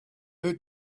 who